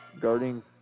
Guarding